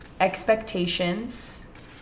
expectations